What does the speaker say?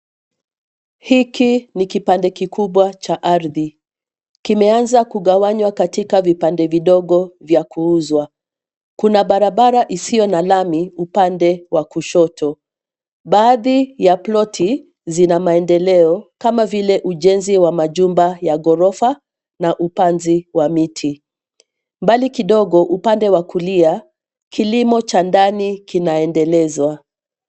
Hiki ni kipande kikubwa cha ardhi kimeanza kuganywa katika vipande vidogo vya kuuzwa. Kuna barabara isio na lami upande wa kushoto. Baadhi za ploti zina maendeleo kama vile ujenzi wa majumba ya gorofa na upanzi wa miti. Mbali kidogo, upande wa kulia kilimo cha ndani kinaendelezwa.